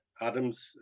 Adams